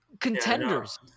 contenders